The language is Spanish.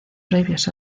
previos